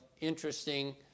interesting